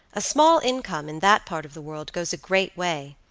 a small income, in that part of the world, goes a great way.